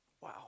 Wow